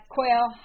Quail